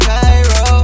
Cairo